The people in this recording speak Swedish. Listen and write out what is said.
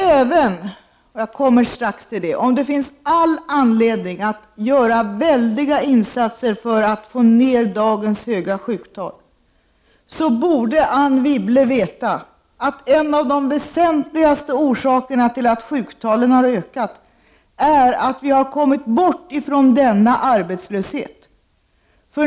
Även om det finns all anledning att göra väldiga insatser för att få ned dagens höga sjuktal borde Anne Wibble veta att en av de väsentligaste orsakerna till att dessa sjuktal har ökat är att vi har kommit bort från denna arbetslöshet.